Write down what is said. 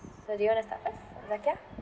so do you want to start first zakiah